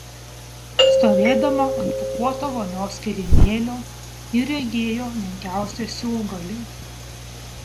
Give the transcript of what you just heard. stovėdama ant pūkuoto vonios kilimėlio ji regėjo menkiausią siūlgalį